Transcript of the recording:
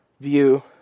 view